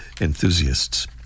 enthusiasts